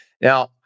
Now